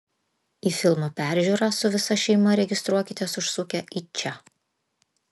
į filmo peržiūrą su visa šeima registruokitės užsukę į čia